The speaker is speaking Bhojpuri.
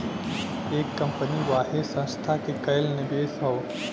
एक कंपनी वाहे संस्था के कएल निवेश हौ